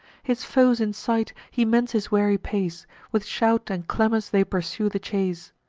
his foes in sight, he mends his weary pace with shout and clamors they pursue the chase.